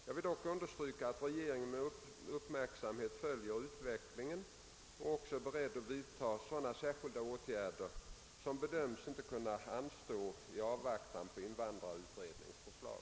Jag vill dock understryka, att regeringen med uppmärksamhet följer utvecklingen och också är beredd att vidta sådana särskilda åtgärder, som bedöms inte kunna anstå i avvaktan på invandrarutredningens förslag.